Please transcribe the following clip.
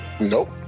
nope